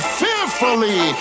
fearfully